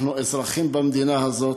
אנחנו אזרחים במדינה הזאת,